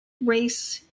race